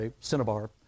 cinnabar